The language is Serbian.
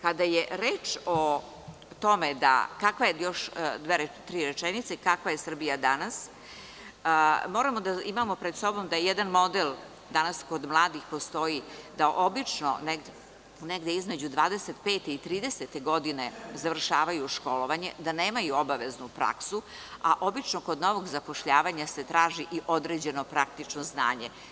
Kada je reč o tome kakva je Srbija danas, moramo da imamo pred sobomjedan model danas kodmladih koji postoji da obično negde između 25. i 30. godine završavaju školovanje, da nemaju obaveznu praksu, a obično kod novog zapošljavanja se traži i određeno praktično znanje.